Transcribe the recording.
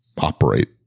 operate